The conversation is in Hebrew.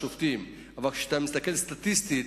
אבל כאשר אתה מסתכל סטטיסטית